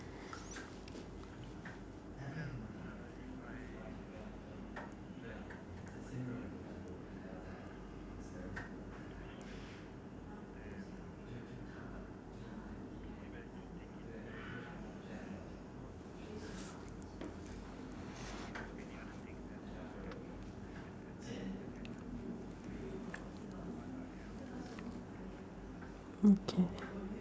okay